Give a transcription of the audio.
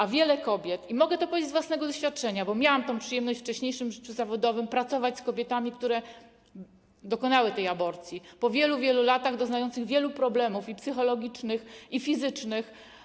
O wielu kobietach mogę powiedzieć z własnego doświadczenia, bo miałam przyjemność we wcześniejszym życiu zawodowym pracować z kobietami, które dokonały tej aborcji, które po wielu, wielu latach doznawały wielu problemów psychologicznych i fizycznych.